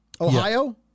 Ohio